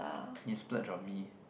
you splurge on me